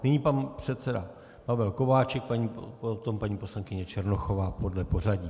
Nyní pan předseda Pavel Kováčik, potom paní poslankyně Černochová podle pořadí.